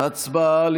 הצבעה על